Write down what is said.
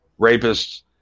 rapists